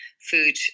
food